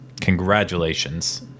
Congratulations